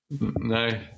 no